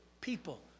people